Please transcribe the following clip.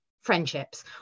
friendships